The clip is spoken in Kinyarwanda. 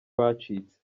bacitse